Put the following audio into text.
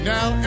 Now